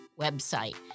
website